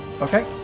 Okay